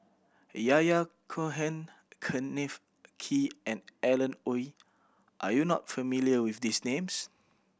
Yahya Cohen Kenneth Kee and Alan Oei are you not familiar with these names